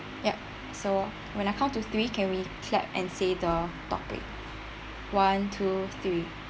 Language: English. ya so when I count to three can we clap and say the topic one two three